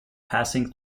passing